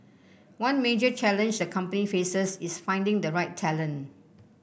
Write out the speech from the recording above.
one major challenge the company faces is finding the right talent